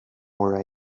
where